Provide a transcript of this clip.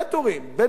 בין בני-אדם